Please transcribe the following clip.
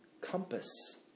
compass